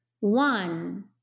One